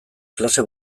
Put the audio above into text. klase